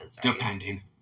Depending